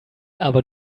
aber